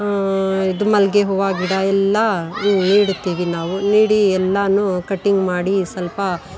ಇದು ಮಲ್ಲಿಗೆ ಹೂವು ಗಿಡ ಎಲ್ಲ ನೆಡುತ್ತೀವಿ ನಾವು ನೀಡಿ ಎಲ್ಲಾನು ಕಟಿಂಗ್ ಮಾಡಿ ಸ್ವಲ್ಪ